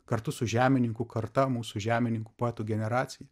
kartu su žemininkų karta mūsų žemininkų poetų generacij